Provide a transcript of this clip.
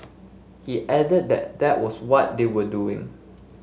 he added that that was what they were doing